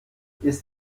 ist